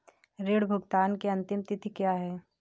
ऋण भुगतान की अंतिम तिथि क्या है?